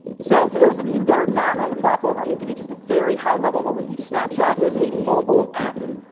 so for those of you who are not on the platform, i'm gonna give you just a very high level overview. snapchat is a mobile app.